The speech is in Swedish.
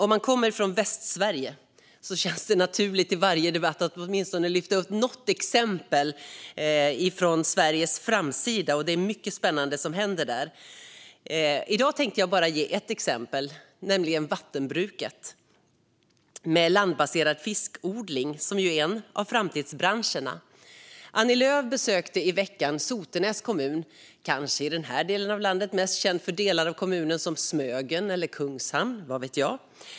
Om man kommer från Västsverige känns det naturligt att i varje debatt åtminstone lyfta upp något exempel från Sveriges framsida, och det är mycket spännande som händer där. I dag tänker jag bara ge ett exempel, nämligen vattenbruket med landbaserad fiskodling som ju är en av framtidsbranscherna. Annie Lööf besökte i veckan Sotenäs kommun, i den här delen av landet kanske mest känd för delar av kommunen som Smögen eller Kungshamn, vad vet jag.